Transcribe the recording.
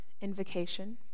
invocation